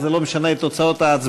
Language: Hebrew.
אבל זה לא משנה את תוצאות ההצבעה.